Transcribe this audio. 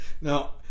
Now